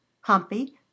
Humpy